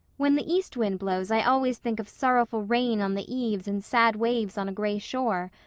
when the east wind blows i always think of sorrowful rain on the eaves and sad waves on a gray shore.